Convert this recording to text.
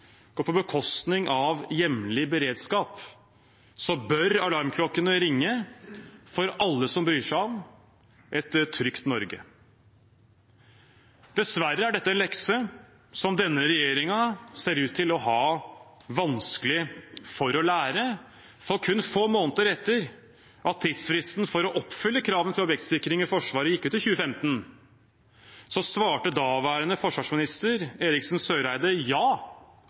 går på bekostning av hjemlig beredskap, bør alarmklokkene ringe for alle som bryr seg om et trygt Norge. Dessverre er dette en lekse som denne regjeringen ser ut til å ha vanskelig for å lære. Kun få måneder etter at tidsfristen for å oppfylle kravene til objektsikring i Forsvaret gikk ut i 2015, svarte daværende forsvarsminister – Eriksen Søreide – ja